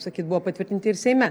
sakyt buvo patvirtinti ir seime